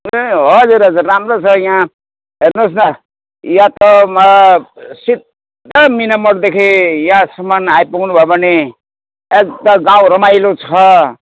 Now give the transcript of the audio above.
ए हजुर हजुर राम्रो छ यहाँ हेर्नुहोस् न यहाँ त सिधा मिनामोडदेखि यहाँसम्म आइपुग्नु भयो भने एक त गाउँ रमाइलो छ